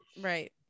right